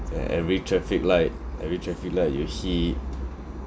and every traffic light every traffic light you hit